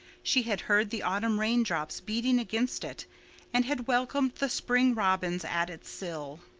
she had heard the autumn raindrops beating against it and had welcomed the spring robins at its sill.